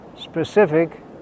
specific